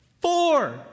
Four